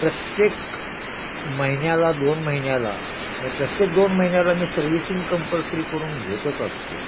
प्रत्येक महिन्याला दोन महिन्याला मये प्रत्येक दोन महिन्याला मी सर्व्हिसिंग कंपल्सरी करून घेतच असतो